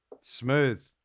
Smooth